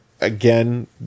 again